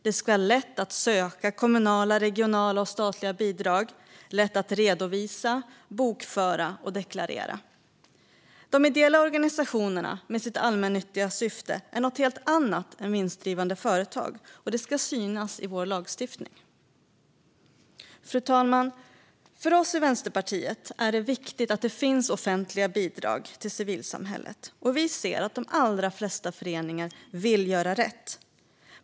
Det ska vara lätt att söka kommunala, regionala och statliga bidrag och lätt att redovisa, bokföra och deklarera. De ideella organisationerna med sitt allmännyttiga syfte är något helt annat än vinstdrivande företag, och det ska synas i vår lagstiftning. Fru talman! För oss i Vänsterpartiet är det viktigt att det finns offentliga bidrag till civilsamhället, och vi ser att de allra flesta föreningar vill göra rätt.